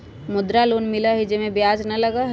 मुद्रा लोन मिलहई जे में ब्याज न लगहई?